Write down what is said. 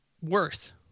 Worse